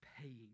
paying